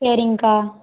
சரிங்க்கா